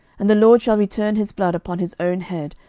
and the lord shall return his blood upon his own head,